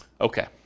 Okay